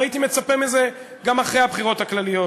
והייתי מצפה לזה גם אחרי הבחירות הכלליות,